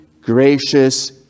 gracious